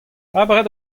abred